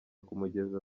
kumugeza